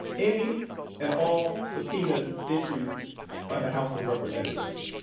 any and all subpoenas issued by the house of representatives.